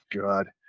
God